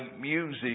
music